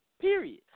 Period